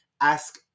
ask